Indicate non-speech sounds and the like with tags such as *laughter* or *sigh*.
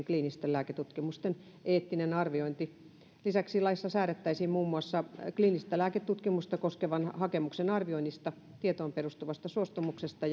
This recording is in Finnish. *unintelligible* kliinisten lääketutkimusten eettinen arviointi lisäksi laissa säädettäisiin muun muassa kliinistä lääketutkimusta koskevan hakemuksen arvioinnista tietoon perustuvasta suostumuksesta *unintelligible*